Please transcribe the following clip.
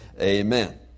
Amen